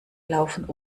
laufen